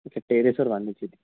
अच्छा टेरेसवर बांधायची होती